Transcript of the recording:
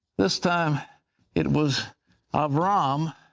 this time it was abram,